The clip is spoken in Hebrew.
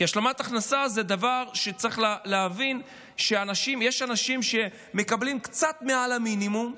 כי השלמת הכנסה זה דבר שצריך להבין שיש אנשים שמקבלים קצת מעל המינימום,